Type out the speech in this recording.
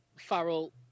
Farrell